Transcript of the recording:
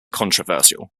controversial